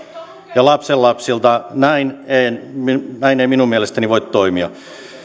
ja lapsenlapsiltamme näin ei minun mielestäni voi toimia